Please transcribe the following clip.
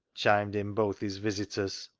chimed in both his visitors.